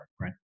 right